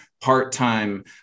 part-time